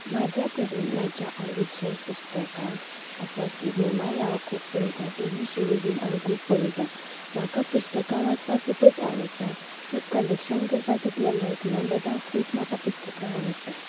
म्हज्या कडेन म्हजीं आवडिचीं पुस्तकां आसा सिनेमाय हांव खूब पळयतां टि वी शोव हांव खूब पळयतां म्हाका पुस्तकां वाचपाक खुपूच आवडटां कलेक्शन करपाक तितलें लायक ना बट हांव पुस्तकां खूब म्हाका पुस्तकां आवडटा